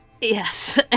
Yes